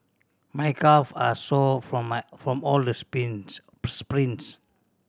my calve are sore from my from all the sprints sprints